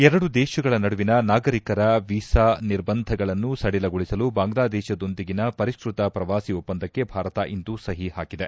ಎರಡು ದೇಶಗಳ ನಡುವಿನ ನಾಗರಿಕರ ವೀಸಾ ನಿರ್ಬಂಧಗಳನ್ನು ಸಡಿಲಗೊಳಿಸಲು ಬಾಂಗ್ಲಾದೇಶದೊಂದಿಗಿನ ಪರಿಷ್ಟತ ಪ್ರವಾಸಿ ಒಪ್ಪಂದಕ್ಕೆ ಭಾರತ ಇಂದು ಸಹಿ ಹಾಕಿದೆ